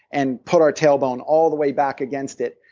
and put our tailbone all the way back against it,